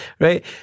right